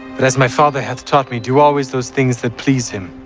but as my father hath taught me, do always those things that please him.